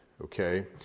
Okay